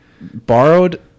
borrowed